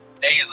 daily